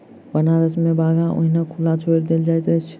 बनारस मे बाछा ओहिना खुला छोड़ि देल जाइत छै